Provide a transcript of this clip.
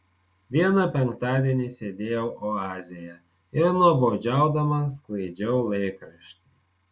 vieną penktadienį sėdėjau oazėje ir nuobodžiaudama sklaidžiau laikraštį